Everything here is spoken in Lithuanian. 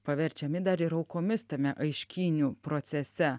paverčiami dar ir aukomis tame aiškynių procese